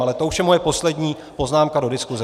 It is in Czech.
Ale to už je moje poslední poznámka do diskuze.